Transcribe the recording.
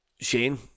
Shane